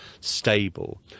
stable